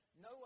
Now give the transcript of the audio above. no